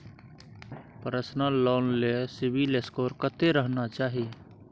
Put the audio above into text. Personal loan ले CIBIL score कत्ते रहना चाही?